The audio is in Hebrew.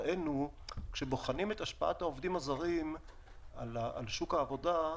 כאשר בוחנים את השפעת העובדים הזרים על שוק העבודה,